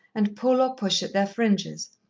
and pull or push at their fringes.